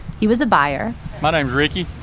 he was a buyer my name's ricky.